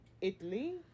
Italy